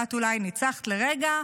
את אולי ניצחת לרגע,